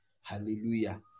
hallelujah